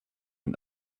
and